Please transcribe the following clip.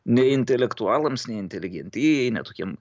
ne intelektualams ne inteligentijai ne tokiem